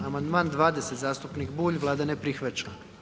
Amandman 20., zastupnik Bulj, Vlada ne prihvaća.